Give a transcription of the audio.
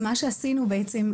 מה שעשינו בעצם,